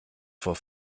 vor